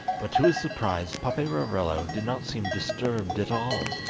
but to his surprise paperarello did not seem disturbed at all,